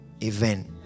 event